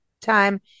time